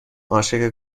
عاشق